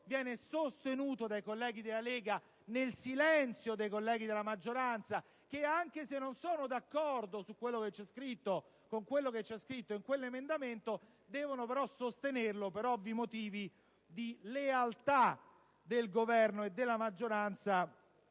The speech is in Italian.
viene sostenuto dai colleghi della Lega nel silenzio dei colleghi della maggioranza, che, anche se non sono d'accordo con quello che c'è scritto, devono però sostenerlo per ovvi motivi di lealtà del Governo e della maggioranza